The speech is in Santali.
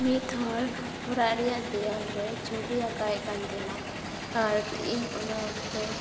ᱢᱤᱫ ᱦᱚᱲ ᱚᱲᱟᱜ ᱨᱮᱭᱟᱜ ᱫᱮᱣᱭᱟᱞ ᱨᱮ ᱪᱷᱩᱵᱤᱭ ᱟᱸᱠᱟᱣᱮ ᱛᱟᱦᱮᱱᱟ ᱟᱨ ᱤᱧ ᱚᱱᱟ ᱚᱠᱛᱚ